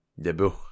Debut